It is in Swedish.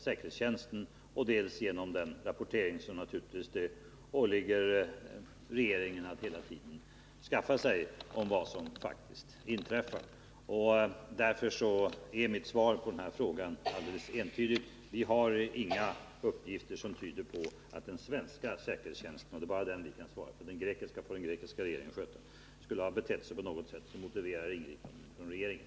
säkerhetstjänsten, dels genom den rapportering det hela tiden åligger regeringen att vidmakthålla om vad som inträffar. Därför är mitt svar på den här frågan alldeles entydigt: Vi har inga uppgifter som tyder på att den svenska säkerhetstjänsten — och det är bara den vi kan svara för, den grekiska säkerhetstjänsten får den grekiska regeringen sköta — skulle agera på sådant sätt att det motiverar ingripande från regeringen.